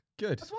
good